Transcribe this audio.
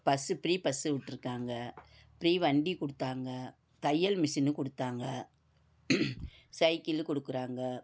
bus free bus விட்ருக்காங்க free வண்டி கொடுத்தாங்க தையல் மெஷின்னு கொடுத்தாங்க சைக்கிளு கொடுக்குறாங்க